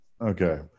Okay